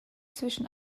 zwischen